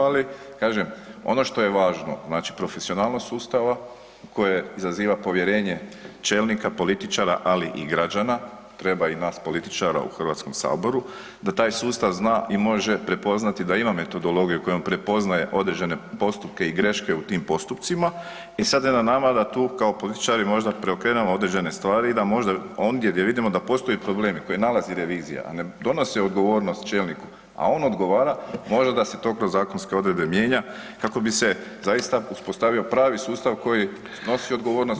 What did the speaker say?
Ali kažem ono što je važno znači profesionalnost sustava koje izaziva povjerenje čelnika, političara, ali i građana, treba i nas političara u HS da taj sustav zna i može prepoznati da ima metodologiju kojom prepoznaje određene postupke i greške u tim postupcima i sada je na nama da tu kao političari možda preokrenemo određene stvari i možda ondje gdje vidimo da postoje problemi koji nalazi revizija, a ne donose odgovornost čelniku, a on odgovara možda da se to kroz zakonske odredbe mijenja kako bi se zaista uspostavio pravi sustav koji snosi odgovornost